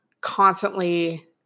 constantly